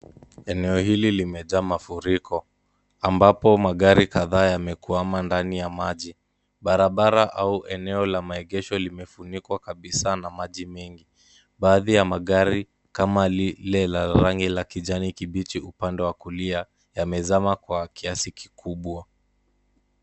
Eneo hili limejaa mafuriko, ambapo magari kadhaa yamekwama ndani ya maji, barabara au eneo la maegesho limefunikwa kabisa na maji mengi. Baadhi ya magari, kama lile la rangi ya kijani kibichi, upande wa kulia yamezama kwa kiasi kikubwa.